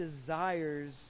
desires